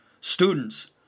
students